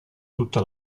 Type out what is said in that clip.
tutta